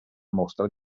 mostra